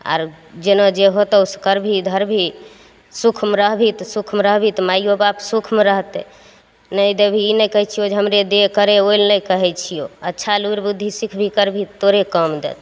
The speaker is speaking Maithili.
आर जेना जे होतौ से करबही धरबिही सुखमे रहबिही तऽ सुखमे रहबिही तऽ माइयो सुखमे रहतय नहि देबही ई नहि कहय छियौ जे हमरे दे करय ओइ लए नहि कहय छियौ अच्छा लुरि बुद्धि सिखबही करबही तऽ तोरे काम देतौ